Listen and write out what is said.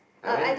I went